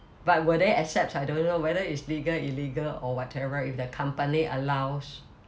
but will they accept I don't know whether it's legal illegal or whatever if the company allows